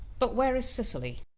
but where is cecily?